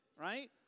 right